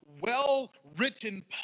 well-written